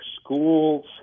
schools